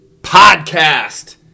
podcast